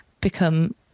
become